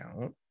count